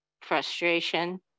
frustration